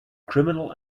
criminal